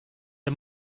are